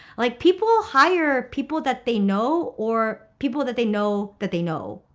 like people hire people that they know or people that they know that they know,